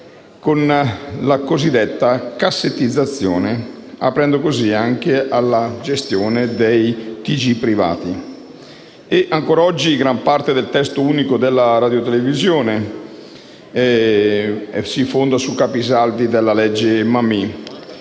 con la cosiddetta cassettizzazione), aprendo così anche ai telegiornali privati. Ancora oggi, gran parte del testo unico della radiotelevisione si fonda sui capisaldi della legge Mammì.